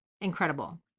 incredible